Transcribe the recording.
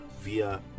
via